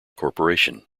corporation